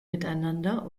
miteinander